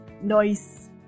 Nice